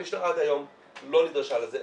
המשטרה עד היום לא נדרשה לזה,